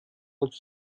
uns